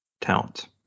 talent